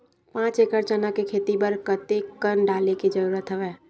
पांच एकड़ चना के खेती बर कते कन डाले के जरूरत हवय?